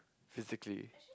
physically